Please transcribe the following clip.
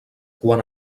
quan